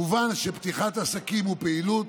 מובן שפתיחת העסקים ופעילות